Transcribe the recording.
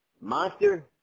Monster